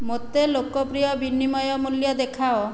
ମୋତେ ଲୋକପ୍ରିୟ ବିନିମୟ ମୂଲ୍ୟ ଦେଖାଅ